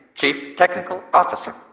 chief technical officer.